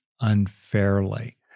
unfairly